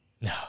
No